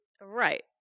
Right